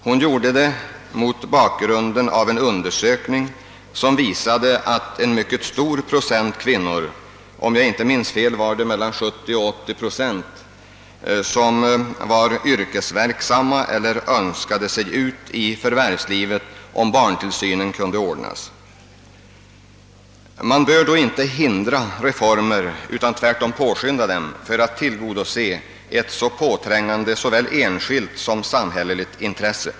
Hon gjorde det mot bakgrunden av en undersökning som visar att en mycket stor procent kvinnor — om jag inte minns fel var det mellan 70 och 80 procent — var yrkesverksamma eller önskade bliva det, om barntillsyn kunde ordnas tillfredsställande. Man bör då inte hindra utan tvärtom påskynda genomförande av reformer som tillgodoser ett så påträngande såväl enskilt som samhälleligt intresse.